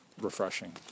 refreshing